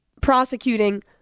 prosecuting